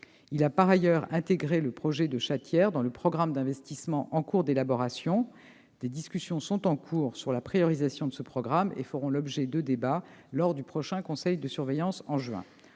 Par ailleurs, il a intégré le projet de chatière dans le programme d'investissement en cours d'élaboration. Des discussions se déroulent actuellement sur la priorisation de ce programme et feront l'objet de débats lors du prochain conseil de surveillance, qui